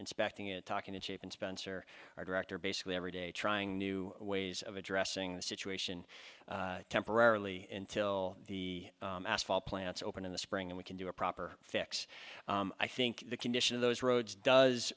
inspecting it talking to cheapen spencer our director basically every day trying new ways of addressing the situation temporarily until the asphalt plants open in the spring and we can do a proper fix i think the condition of those roads does